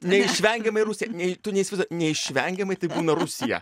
neišvengiamai rusija nei tu neįsivaizduoji neišvengiamai tai būna rusija